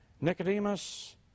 Nicodemus